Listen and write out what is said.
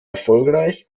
erfolgreich